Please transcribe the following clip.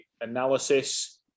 analysis